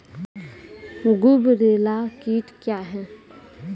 गुबरैला कीट क्या हैं?